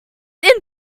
this